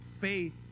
faith